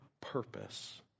purpose